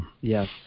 yes